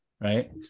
right